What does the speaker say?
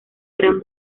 gran